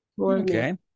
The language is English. Okay